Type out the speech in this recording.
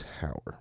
tower